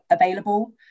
available